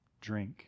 drink